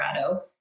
Colorado